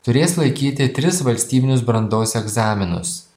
turės laikyti tris valstybinius brandos egzaminus